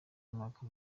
umwaka